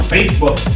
Facebook